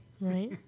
right